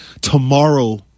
Tomorrow